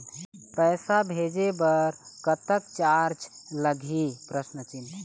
पैसा भेजे बर कतक चार्ज लगही?